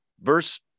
Verse